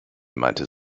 meinte